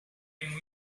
been